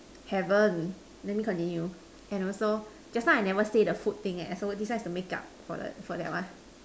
haven't let me continue and also just now I never say the food thing eh so this one is the makeup for that for that one